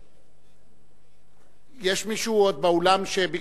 יש מישהו עוד באולם?